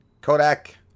Kodak